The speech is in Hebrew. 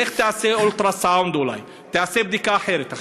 לך תעשה אולטרסאונד אולי, תעשה בדיקה אחרת.